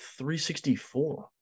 364